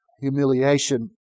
humiliation